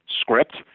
script